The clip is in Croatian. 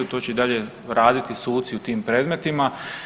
To će i dalje raditi suci u tim predmetima.